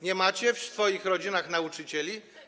Nie macie w swoich rodzinach nauczycieli?